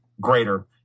greater